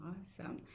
awesome